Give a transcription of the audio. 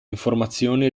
informazioni